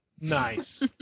nice